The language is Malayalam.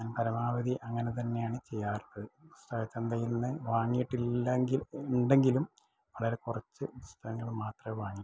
ഞാൻ പരമാവധി അങ്ങനെ തന്നെയാണ് ചെയ്യാറുള്ളത് പുസ്തകച്ചന്തയിൽ നിന്ന് വാങ്ങിയിട്ടില്ല എങ്കിലും ഉണ്ടെങ്കിലും വളരെ കുറച്ച് പുസ്തകങ്ങള് മാത്രമെ വങ്ങിയിട്ടുള്ളു